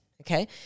Okay